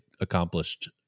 accomplished